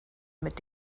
mit